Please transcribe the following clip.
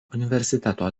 universiteto